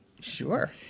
Sure